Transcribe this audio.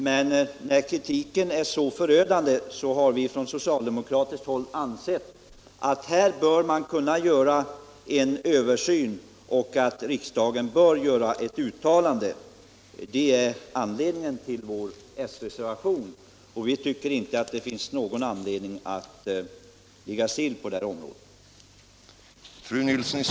Men när kritiken är så förödande har vi från socialdemokratiskt håll ansett att man bör göra en översyn här och att riksdagen bör göra ett uttalande. Det är anledningen till vår reservation. Vi tycker inte att det finns någon anledning att ligga stilla på det här området.